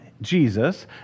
Jesus